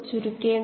അല്ലേ